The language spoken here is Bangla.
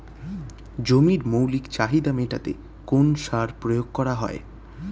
জমির মৌলিক চাহিদা মেটাতে কোন সার প্রয়োগ করা হয়?